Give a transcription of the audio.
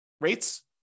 rates